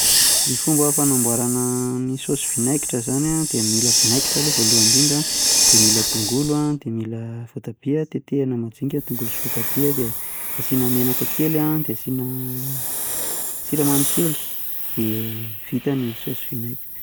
Ny fomba fanamboarana ny saosy vinaingitra zany de mila vinaingitra aloha voalohany indrindra a de mila tongolo a de mila voatabia tetehana majinika tongolo sy voatabia, asiana menaka kely de asina siramamy kely de vita ny saosy vinaingitra.